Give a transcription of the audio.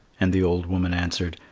and the old woman answered,